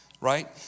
right